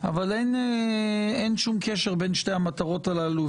אבל אין שום קשר בין שתי המטרות הללו,